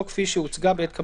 13:36) אורי בוצ'מסקי מהמשטרה.